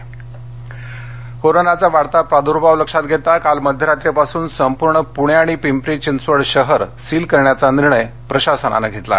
पणे PCMC seal कोरोनाचा वाढता प्रादुर्भाव लक्षात घेता काल मध्यरात्रीपासून संपूर्ण पूणे आणि पिंपरी चिंचवड शहर सील करण्याचा निर्णय प्रशासनानं घेतला आहे